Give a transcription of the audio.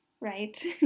Right